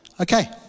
okay